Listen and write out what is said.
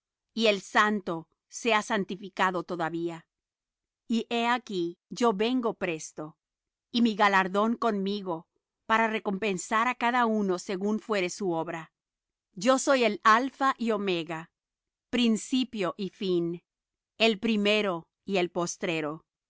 y el santo sea santificado todavía y he aquí yo vengo presto y mi galardón conmigo para recompensar á cada uno según fuere su obra yo soy alpha y omega principio y fin el primero y el postrero